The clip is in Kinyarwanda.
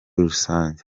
rusange